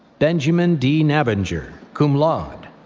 benjamin d. nabinger, cum laude.